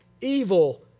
evil